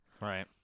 Right